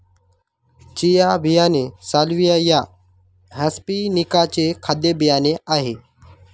chia बियाणे Salvia या hispanica चे खाद्य बियाणे आहे